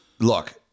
Look